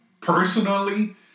personally